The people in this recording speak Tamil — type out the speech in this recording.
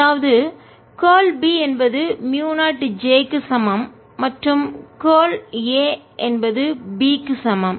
அதாவது கார்ல் B என்பது மூயு 0 j க்கு சமம் மற்றும் கார்ல் A என்பது B க்கு சமம்